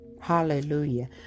Hallelujah